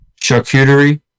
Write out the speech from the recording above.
Charcuterie